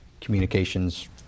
communications